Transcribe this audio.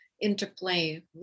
interplay